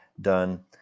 done